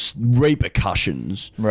repercussions